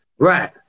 Right